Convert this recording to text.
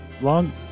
Long